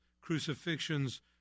crucifixions